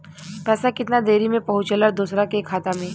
पैसा कितना देरी मे पहुंचयला दोसरा के खाता मे?